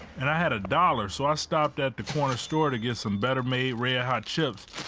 and i had a dollar, so i stopped at the corner store to get some better made red hot chips,